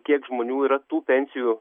kiek žmonių yra tų pensijų